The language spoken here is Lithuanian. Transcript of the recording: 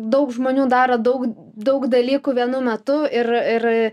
daug žmonių daro daug daug dalykų vienu metu ir ir